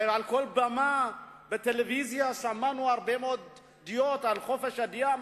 הרי על כל במה בטלוויזיה שמענו הרבה מאוד דעות על חופש הדעה,